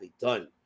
done